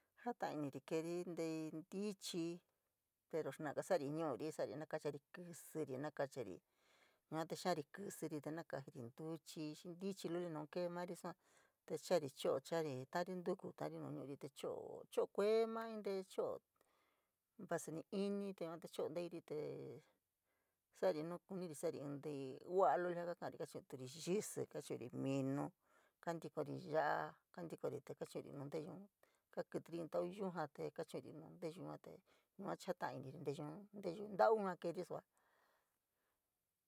Jatai iniri keeri ntei ntichi, pero snaga sa’ari ñu’uri saari, nakachari kísíri, makachari, yua te xiari kísí te nakaajiri ntuchii xii ntichi naun kee mari sua te chaari cho’o, chaari, taori ntuku, ntari nu nu’uri te cho’o, cho’o kuee maantee cho’o vasa ni ini te yua te cho’o nteiri tee, sa’ari nuu kuuniri sa’ari ntei uua lulia jaa ka ka’ari, ka chu’uri yísíí, minu, kantikori ya’a, kantikori te kachuri nuu nteyuun kaa kítírí in tau yujaun te kachuri nuu nteyun yua te yua chii jatai’intí nteyoun tau yua keeri suaa.